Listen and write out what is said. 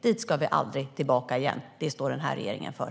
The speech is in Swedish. Dit ska vi aldrig tillbaka igen. Det står regeringen för.